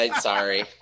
Sorry